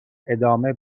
ادامه